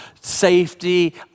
safety